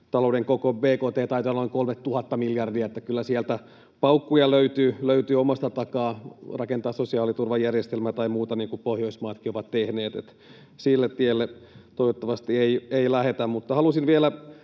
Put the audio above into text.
talouden koko bkt taitaa olla noin 3 000 miljardia, kyllä sieltä paukkuja löytyy omasta takaa rakentaa sosiaaliturvajärjestelmää tai muuta, niin kuin Pohjoismaatkin ovat tehneet. Sille tielle toivottavasti ei lähdetä. Haluaisin vielä